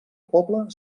poble